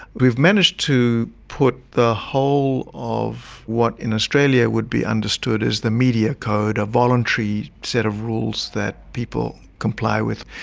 we've managed to put the whole of what in australia would be understood as the media code, a voluntary set of rules that people comply with,